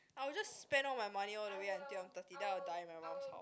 I'll just spend all my money all the way until I'm thirty then I'll die in my mum's house